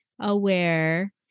aware